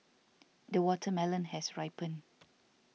the watermelon has ripened